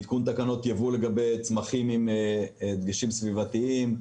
עדכון תקנות ייבוא לגבי צמחים עם דגשים סביבתיים.